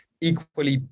equally